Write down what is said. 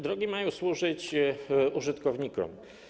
Drogi mają służyć użytkownikom.